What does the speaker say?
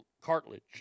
cartilage